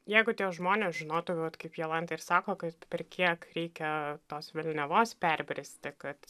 jeigu tie žmonės žinotų vat kaip jolanta ir sako kad per kiek reikia tos velniavos perbristi kad